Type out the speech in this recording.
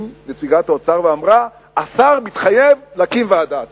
ואמרה שהשר מתחייב להקים ועדה ציבורית.